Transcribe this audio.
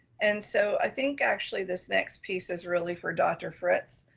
and so i think actually this next piece is really for dr. fritz.